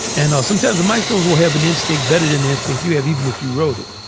and sometimes the maestros will have an instinct bedded in instinct you have even if you wrote it.